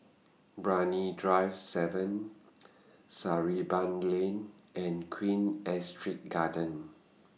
Brani Drive seven Sarimbun Lane and Queen Astrid Gardens